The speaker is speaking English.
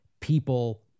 people